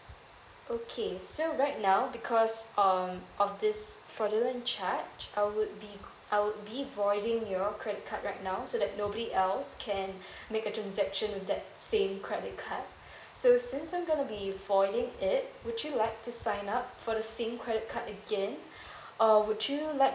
okay so right now because um of this fraudulent charge I would be cr~ I would be voiding your credit card right now so that nobody else can make a transaction with that same credit card so since I'm gonna be voiding it would you like to sign up for the same credit card again or would you like